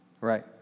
Right